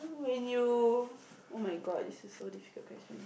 when you oh-my-God this is so difficult question